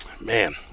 Man